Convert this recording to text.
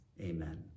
amen